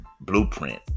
blueprint